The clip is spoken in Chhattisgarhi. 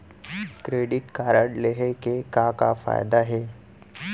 क्रेडिट कारड लेहे के का का फायदा हे?